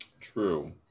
True